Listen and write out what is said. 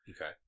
Okay